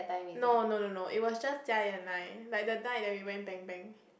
no no no no it was just Jia-yi and I like the night that we went Bang Bang